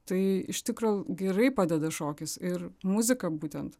tai iš tikro gerai padeda šokis ir muzika būtent